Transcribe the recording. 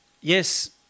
Yes